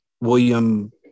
william